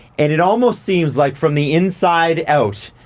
and it almost seems like, from the inside out,